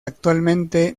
actualmente